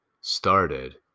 started